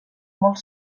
molt